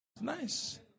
nice